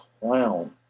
clown